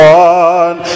one